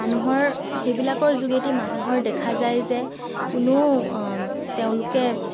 মানুহৰ সেইবিলাকৰ যোগেদি মানুহৰ দেখা যায় যে কোনো তেওঁলোকে